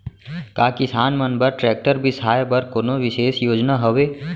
का किसान मन बर ट्रैक्टर बिसाय बर कोनो बिशेष योजना हवे?